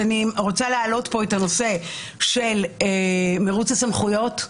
אז אני רוצה להעלות פה את הנושא של מרוץ הסמכויות,